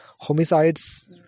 homicides